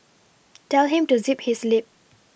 tell him to zip his lip